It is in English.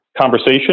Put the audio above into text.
conversation